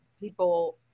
people